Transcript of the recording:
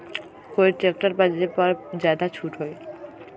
कोइ ट्रैक्टर बा जे पर ज्यादा छूट हो?